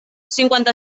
cinquanta